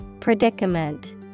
Predicament